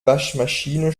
waschmaschine